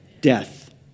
Death